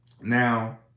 Now